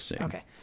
Okay